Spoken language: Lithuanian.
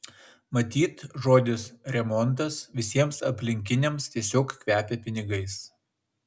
matyt žodis remontas visiems aplinkiniams tiesiog kvepia pinigais